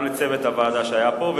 גם לצוות הוועדה שהיה פה.